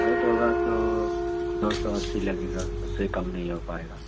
بہت ہوگا تو دو سو اسی لگے گا اس سے کم نہیں ہو پائے گا